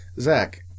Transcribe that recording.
Zach